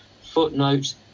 Footnote